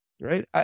right